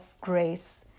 grace